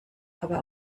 aber